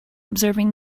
observing